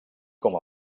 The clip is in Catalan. com